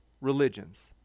religions